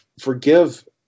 forgive